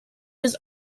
his